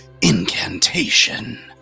incantation